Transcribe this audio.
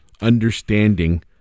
understanding